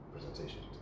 presentation